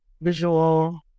visual